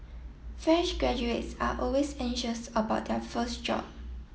fresh graduates are always anxious about their first job